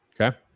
Okay